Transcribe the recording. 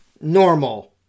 normal